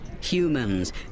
Humans